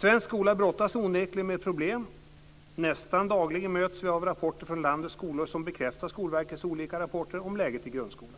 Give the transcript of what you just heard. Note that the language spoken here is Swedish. Svensk skola brottas onekligen med problem. Nästan dagligen möts vi av rapporter från landets skolor som bekräftar Skolverkets olika rapporter om läget i grundskolan.